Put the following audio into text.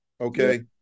Okay